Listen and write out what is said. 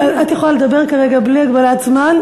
את יכולה לדבר כרגע בלי הגבלת זמן.